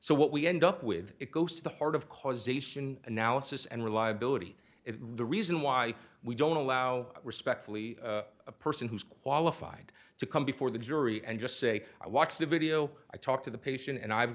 so what we end up with it goes to the heart of causation analysis and reliability is reason why we don't allow respectfully a person who's qualified to come before the jury and just say i watched the video i talked to the patient and i've